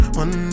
one